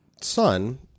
son